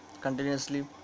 continuously